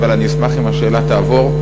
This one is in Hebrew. אבל אני אשמח אם השאלה תעבור.